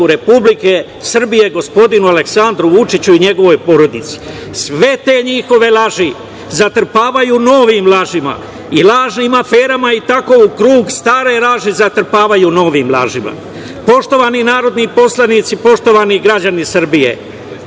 Republike Srbije, gospodinu Aleksandru Vučiću i njegovoj porodici. Sve te njihove laži zatrpavaju novim lažima i lažnim aferama, i tako u krug stare laži zatrpavaju novim lažima. Poštovani narodni poslanici, poštovani građani Srbije,